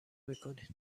میکنید